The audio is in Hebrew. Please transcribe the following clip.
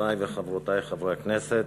חברי וחברותי חברי הכנסת,